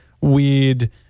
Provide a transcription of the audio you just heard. weird